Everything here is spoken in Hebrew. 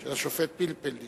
של השופט פלפל,